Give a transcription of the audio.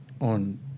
on